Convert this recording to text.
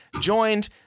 joined